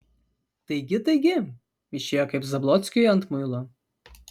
taigi taigi išėjo kaip zablockiui ant muilo